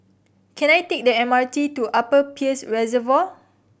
can I take the M R T to Upper Peirce Reservoir